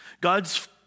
God's